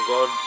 God